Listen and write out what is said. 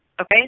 okay